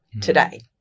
today